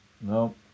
no